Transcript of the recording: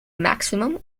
maximum